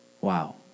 Wow